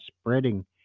spreading